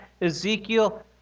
Ezekiel